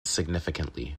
significantly